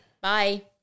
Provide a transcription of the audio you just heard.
Bye